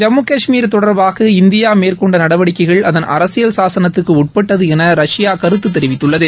ஜம்மு கஷ்மீர் தொடர்பாக இந்தியா மேற்கொண்ட நடவடிக்கைகள் அதன் அரசியல் சாசனத்துக்கு உட்பட்டது என ரஷ்யா கருத்து தெரிவித்துள்ளது